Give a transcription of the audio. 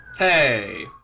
Hey